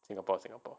singapore singapore